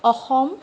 Assam